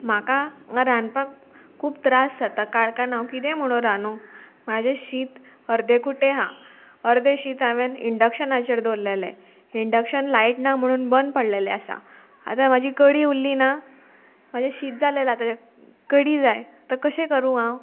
म्हाका हांगा रांदपाक खूब त्रास जाता काळखान हांव किदें म्हणून रानू म्हाजें शीत अर्दे कुटे आहा अर्दे शीत हांवें इंडक्शनाचेर दवरलेले इंडक्शन लायट ना म्हणून बंद पडलेले आसा आतां म्हाजी कडी उरली ना म्हाजे शीत जालेले ताज्या कडी जाय आतां कशें करूं हांव